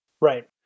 Right